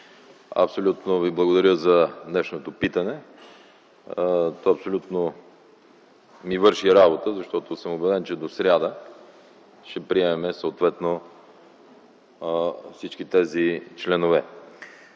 абсолютно ви благодаря за днешното питане. То абсолютно точно ми върши работа, защото съм убеден, че до сряда ще приемем съответно всички тези членове.